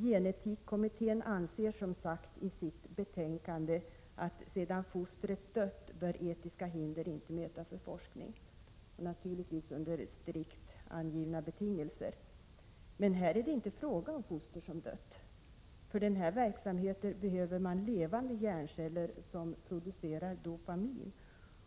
Gen-etikkommittén anser som sagt i sitt betänkande att sedan fostret dött bör etiska hinder inte möta för forskning, naturligtvis under strikt angivna betingelser. Men här är det inte fråga om foster som dött. För den här verksamheten behövs levande hjärnceller som producerar dopamin,